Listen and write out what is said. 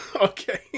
Okay